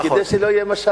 נכון.